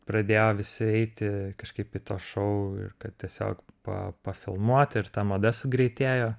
pradėjo visi eiti kažkaip į tuos šou kad tiesiog pa pafilmuot ir ta mada sugreitėjo